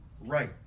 right